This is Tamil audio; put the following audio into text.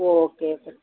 O okay okay